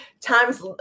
times